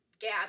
gab